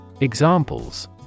Examples